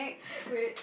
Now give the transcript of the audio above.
wait